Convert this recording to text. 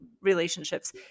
relationships